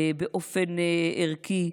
באופן ערכי,